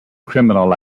criminal